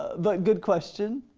but good question.